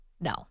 No